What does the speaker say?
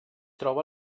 troba